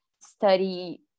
study